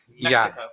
Mexico